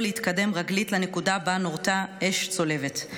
להתקדם רגלית לנקודה שבה נורתה אש צולבת.